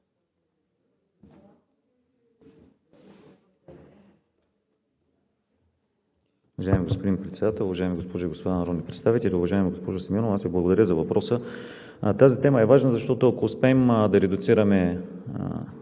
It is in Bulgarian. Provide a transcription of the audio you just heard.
Уважаеми господин Председател, уважаеми госпожи и господа народни представители! Уважаема госпожо Симеонова, аз Ви благодаря за въпроса. Тази тема е важна, защото, ако успеем да редуцираме